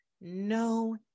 no